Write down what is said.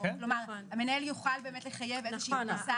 כלומר המנהל יוכל באמת לחייב איזה שהיא פריסה ארצית.